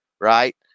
right